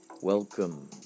Welcome